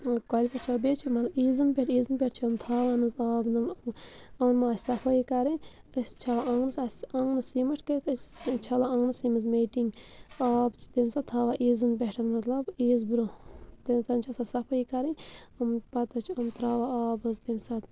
کۄلہِ پٮ۪ٹھ چھَلان بیٚیہِ حظ چھِ مطلب عیٖزَن پٮ۪ٹھ عیٖزَن پٮ۪ٹھ چھِ یِم تھاوان حظ آب نہٕ یِمَن ما آسہِ صفٲیی کَرٕنۍ أسۍ چھِ چھَلان آنٛگنَس آسہِ آنٛگنَس سیٖمَٹھ کٔرِتھ أسۍ چھَلان آنٛگنَسٕے منٛز میٖٹِنٛگ آب چھِ تَمہِ ساتہٕ تھاوان عیٖزَن پٮ۪ٹھ مطلب عیٖز برونٛہہ چھِ آسان صفٲیی کَرٕنۍ یِم پتہٕ حظ چھِ یِم ترٛاوان آب حظ تمہِ ساتہٕ